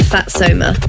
Fatsoma